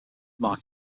mark